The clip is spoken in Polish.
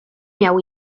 miał